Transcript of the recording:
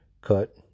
cut